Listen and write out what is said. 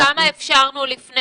כמה בדיקות אפשרתם לפני